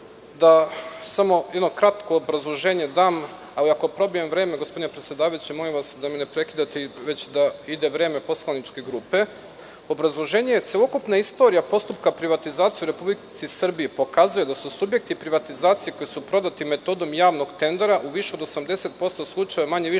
samo jedno kratko obrazloženje da dam. Ako probijem vreme, gospodine predsedavajući, molim vas da me ne prekidate, već da ide vreme poslaničke grupe. Obrazloženje – celokupna istorija postupka privatizacije u Republici Srbiji pokazuje da su subjekti privatizacije koji su prodati metodom javnog tendera u više od 80% slučajeva manje-više uspešno